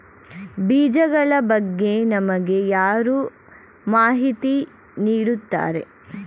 ಬೀಜಗಳ ಬಗ್ಗೆ ನಮಗೆ ಯಾರು ಮಾಹಿತಿ ನೀಡುತ್ತಾರೆ?